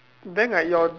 then like your